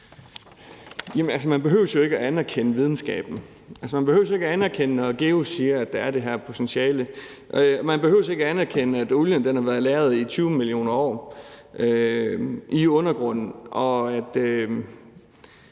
Man behøver ikke anerkende videnskaben. Man behøver ikke anerkende det, når GEUS siger, at der er det her potentiale. Man behøver ikke anerkende, at olien har været lagret i 20 millioner år i undergrunden,